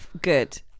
good